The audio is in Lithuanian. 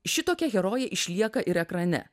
šitokia herojė išlieka ir ekrane